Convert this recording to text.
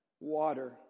Water